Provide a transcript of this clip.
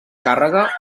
càrrega